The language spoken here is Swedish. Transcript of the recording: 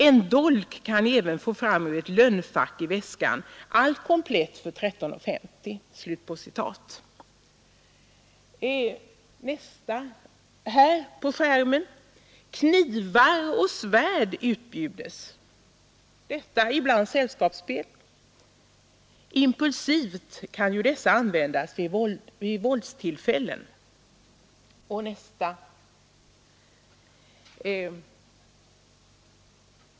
En dolk kan ni även få fram ur ett lönnfack i väskan. Allt komplett för 13:50.” Knivar och svärd utbjuds också — bland sällskapsspel! Impulsivt kan ju dessa användas vid våldstillfällen.